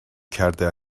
کرده